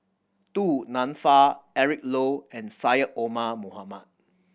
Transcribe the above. Du Nanfa Eric Low and Syed Omar Mohamed